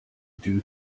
due